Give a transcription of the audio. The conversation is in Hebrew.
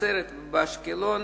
בנצרת ובאשקלון.